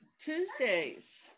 Tuesdays